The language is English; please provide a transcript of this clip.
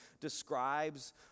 describes